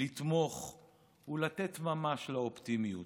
לתמוך ולתת ממש לאופטימיות.